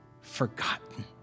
forgotten